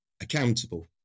accountable